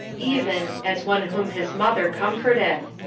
even as one whom his mother comforteth,